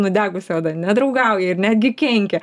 nudegusi oda nedraugauja ir netgi kenkia